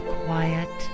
quiet